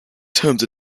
terms